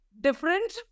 different